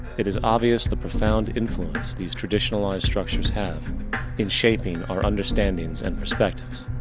it is obvious, the profound influence these traditionalized structures have in shaping our understandings and perspectives.